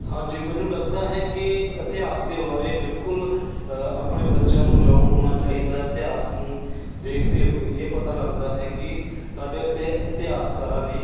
ਹਾਂਜੀ ਮੈਨੂੰ ਲੱਗਦਾ ਹੈ ਕਿ ਇਤਿਹਾਸ ਦੇ ਬਾਰੇ ਬਿਲਕੁਲ ਆਪਣੇ ਬੱਚਿਆਂ ਨੂੰ ਜਾਣੂ ਹੋਣਾ ਚਾਹੀਦਾ ਇਤਿਹਾਸ ਨੂੰ ਦੇਖਦੇ ਹੋਏ ਇਹ ਪਤਾ ਲੱਗਦਾ ਹੈ ਕਿ ਸਾਡੇ ਇੱਥੇ ਇਤਿਹਾਸਕਾਰਾਂ ਨੇ